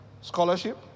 Scholarship